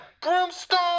brimstone